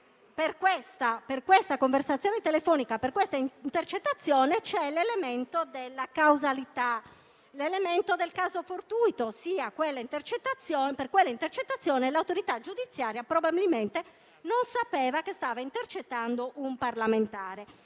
per questa conversazione telefonica e per questa intercettazione c'è l'elemento della casualità e del caso fortuito. Per quell'intercettazione l'autorità giudiziaria probabilmente non sapeva che stava intercettando un parlamentare.